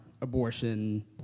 abortion